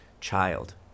child